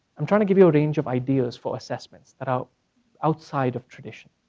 i'm trying to give you a range of ideas for assessments that are outside of tradition.